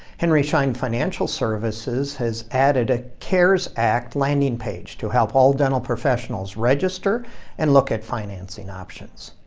henry schein financial services has added a cares act landing page to help all dental professionals register and look at financing options.